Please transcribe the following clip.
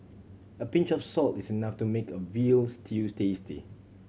a pinch of salt is enough to make a veal stew tasty